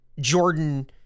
Jordan